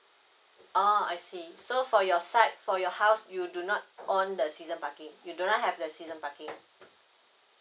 ah I see so for your side for your house you do not on the season parking you don't have the season parking